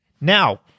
Now